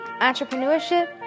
entrepreneurship